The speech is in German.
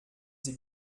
sie